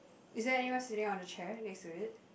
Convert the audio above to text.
is there anyone sitting on the chair next to it